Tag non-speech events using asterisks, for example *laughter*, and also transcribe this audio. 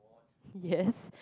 yes *laughs*